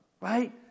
right